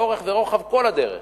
לאורך ורוחב כל הדרך.